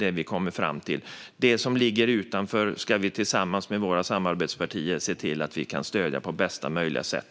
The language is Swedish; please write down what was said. Det som ligger utanför ska vi tillsammans med våra samarbetspartier se till att stödja på bästa sätt.